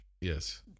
yes